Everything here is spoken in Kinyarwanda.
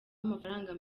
amafaranga